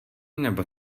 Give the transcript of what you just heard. nebo